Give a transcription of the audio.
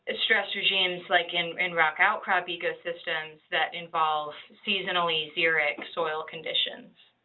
ah stress regimes like in in rock outcrop ecosystems that involve seasonally xeric soil conditions.